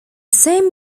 same